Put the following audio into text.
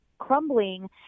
crumbling